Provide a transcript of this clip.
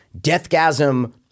Deathgasm